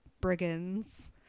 brigands